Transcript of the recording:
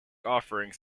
offerings